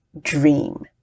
dream